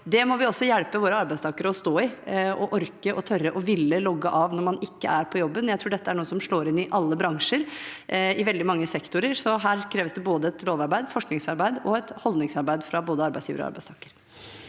Det må vi også hjelpe våre arbeidstakere å stå i: å orke, å tørre og å ville logge av når man ikke er på jobben. Jeg tror dette er noe som slår inn i alle bransjer i veldig mange sektorer, så her kreves det både lovarbeid, forskningsarbeid og holdningsarbeid fra både arbeidsgiver og arbeidstaker.